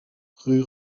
rue